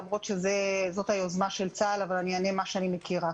למרות שזו היוזמה של צה"ל אבל אענה מה שאני מכירה.